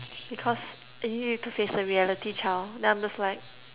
because you need to face the reality child and then I'm just like